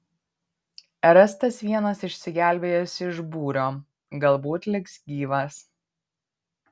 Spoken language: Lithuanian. rastas vienas išsigelbėjęs iš būrio galbūt liks gyvas